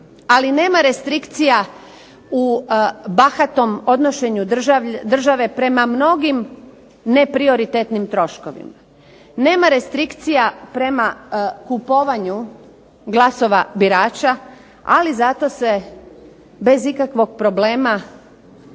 Ali, nema restrikcija u bahatom odnošenju države prema mnogim neprioritetnim troškovima. Nema restrikcija prema kupovanju glasova birača, ali zato se bez ikakvog problema